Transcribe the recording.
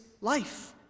life